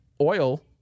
oil